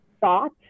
thought